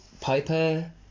Piper